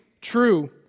true